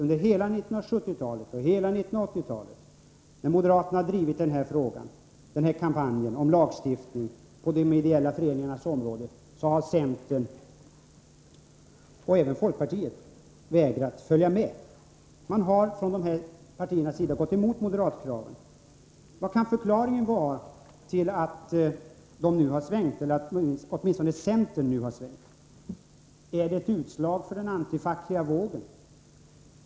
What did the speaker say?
När moderaterna under hela 1970-talet och på 1980-talet har drivit kampanjen om lagstiftning på de ideella föreningarnas områden har centern, och även folkpartiet, vägrat att följa med. Man har från de här partiernas sida gått emot moderatkravet. Vad kan förklaringen vara till att de nu har svängt? Är det ett utslag av den antifackliga vågen?